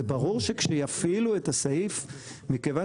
זה ברור שכשיפעילו את הסעיף מכיוון